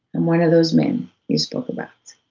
i'm one of those men you spoke about,